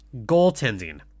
Goaltending